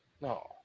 No